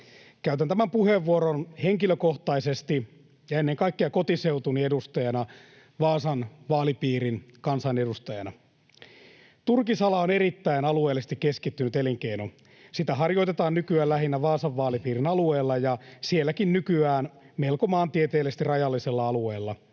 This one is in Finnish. Käytän tämän puheenvuoron henkilökohtaisesti ja ennen kaikkea kotiseutuni edustajana, Vaasan vaalipiirin kansanedustajana. Turkisala on erittäin alueellisesti keskittynyt elinkeino. Sitä harjoitetaan nykyään lähinnä Vaasan vaalipiirin alueella ja sielläkin nykyään melko maantieteellisesti rajallisella alueella: